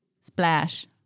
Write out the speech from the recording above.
Splash